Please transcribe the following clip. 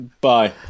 Bye